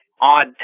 odd